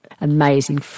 amazing